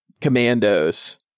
commandos